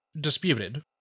disputed